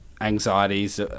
anxieties